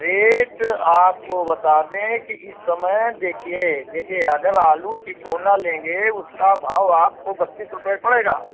rate आपको बता दें कि इस समय देखिए देखिए अगर आलू चिसोना लेंगे उसका भाव आपको बत्तीस रुपये पड़ेगा